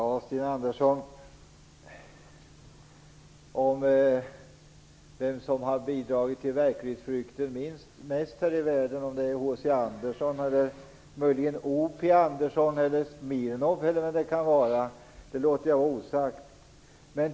Fru talman! Ja, vem är det som mest har bidragit till verklighetsflykten här i världen? Om det är H.C. Andersen, O.P. Andersson, Smirnoff eller någon annan låter jag vara osagt.